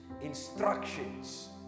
Instructions